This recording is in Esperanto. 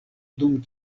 dum